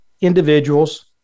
individuals